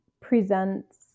presents